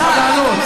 תוכל לענות.